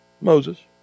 Moses